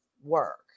work